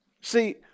See